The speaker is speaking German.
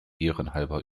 ehrenhalber